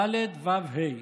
ד', ו', ה'